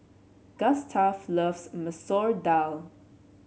Gustaf loves Masoor Dal